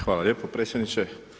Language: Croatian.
Hvala lijepo predsjedniče.